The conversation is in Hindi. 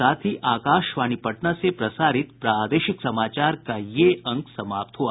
इसके साथ ही आकाशवाणी पटना से प्रसारित प्रादेशिक समाचार का ये अंक समाप्त हुआ